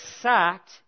sacked